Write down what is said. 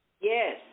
Yes